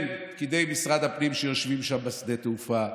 כן, פקידי משרד הפנים שיושבים שם, בשדה תעופה,